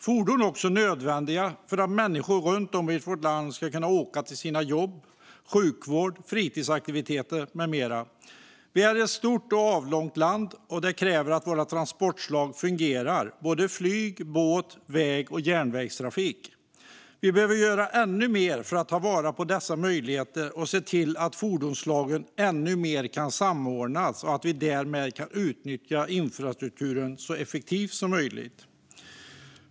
Fordon är också nödvändiga för att människor runt om i vårt land ska kunna åka till sina jobb och till sjukvård, fritidsaktiviteter med mera. Sverige är ett stort och avlångt land, och det kräver att alla våra transportslag fungerar - både flyg, båt, väg och järnvägstrafik. Vi behöver göra ännu mer för att ta vara på dessa möjligheter och se till att transportslagen kan samordnas ännu mer och att vi därmed kan utnyttja infrastrukturen så effektivt som möjligt.